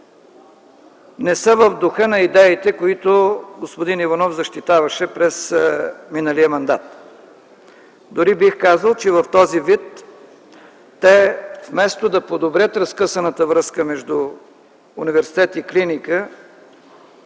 не са в духа на идеите, които господин Иванов защитаваше през миналия мандат. Дори бих казал, че в този вид те вместо да подобрят разкъсаната връзка между университет и клиника,